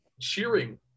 cheering